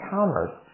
Commerce